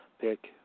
pick